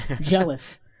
jealous